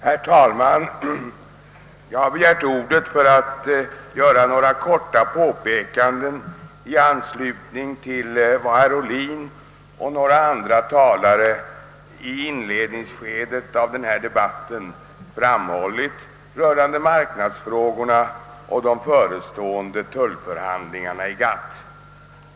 Herr talman! Jag har begärt ordet för att göra några korta påpekanden i anslutning till vad herr Ohlin och några andra talare i inledningsskedet av denna debatt framhållit rörande marknadsfrågorna och de förestående tullförhandlingarna i GATT.